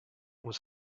was